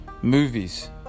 movies